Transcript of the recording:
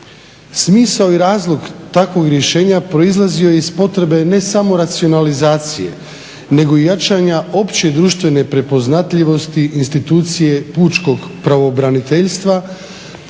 Smisao i razlog takvog rješenja proizlazio je iz potrebe ne samo racionalizacije, nego i jačanja opće društvene prepoznatljivosti institucije pučkog pravobraniteljstva,